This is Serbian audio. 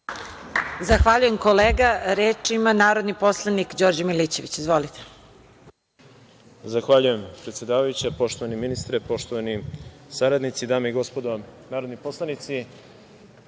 Zahvaljujem, kolega. Reč ima narodni poslanik Đorđe Milićević. Izvolite. **Đorđe Milićević** Zahvaljujem, predsedavajuća. Poštovani ministre, poštovani saradnici, dame i gospodo narodni poslanici,